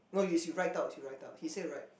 no it's you write out you write out he say write